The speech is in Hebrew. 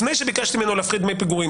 לפני שביקשתי ממנו להפחית דמי פיגורים,